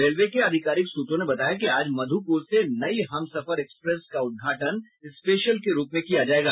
railway के आधिकारिक सूत्रों ने बताया कि आज मधुपुर से नई हमसफर एक्सप्रेस का उद्घाटन स्पेशल के रूप में किया जायेगा